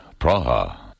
Praha